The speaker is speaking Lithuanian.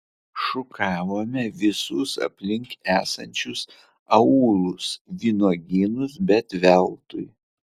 šukavome visus aplink esančius aūlus vynuogynus bet veltui